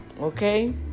Okay